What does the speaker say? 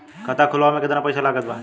खाता खुलावे म केतना पईसा लागत बा?